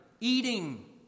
eating